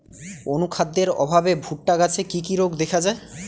অনুখাদ্যের অভাবে ভুট্টা গাছে কি কি রোগ দেখা যায়?